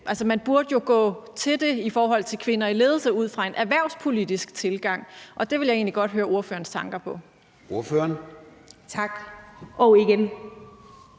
man burde jo gå til det med kvinder i ledelse ud fra en erhvervspolitisk tilgang. Det vil jeg egentlig godt høre ordførerens tanker om. Kl. 16:32 Formanden